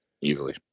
Easily